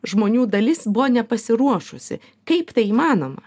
žmonių dalis buvo nepasiruošusi kaip tai įmanoma